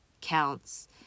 counts